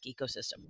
ecosystem